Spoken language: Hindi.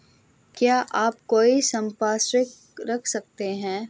क्या आप कोई संपार्श्विक रख सकते हैं?